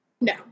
No